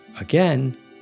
Again